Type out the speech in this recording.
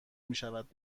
میشود